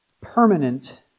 permanent